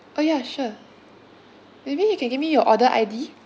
orh ya sure maybe you can give me your order I_D